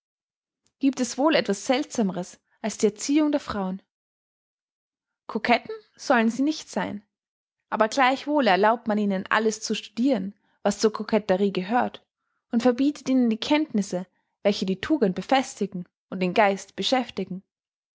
gibt es wohl etwas seltsameres als die erziehung der frauen koketten sollen sie nicht sein aber gleichwohl erlaubt man ihnen alles zu studiren was zur koketterie gehört und verbietet ihnen die kenntnisse welche die tugend befestigen und den geist beschäftigen